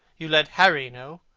you let harry know.